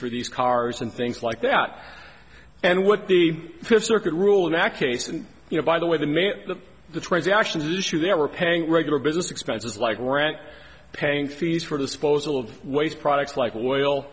for these cars and things like that and what the fifth circuit rule in that case and you know by the way the main the transactions issue there were paying regular business expenses like rent paying fees for disposal of waste products like w